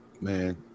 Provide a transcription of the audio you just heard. man